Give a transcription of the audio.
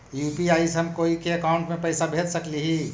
UPI से हम कोई के अकाउंट में पैसा भेज सकली ही?